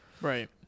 Right